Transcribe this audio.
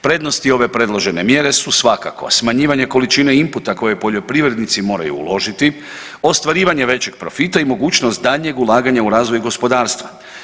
Prednosti ove predložene mjere su svakako smanjivanje količine inputa koje poljoprivrednici moraju uložiti, ostvarivanje većeg profita i mogućnost daljnjeg ulaganja u razvoj gospodarstva.